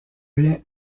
rien